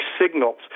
signals